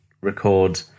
record